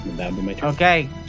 Okay